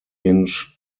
inch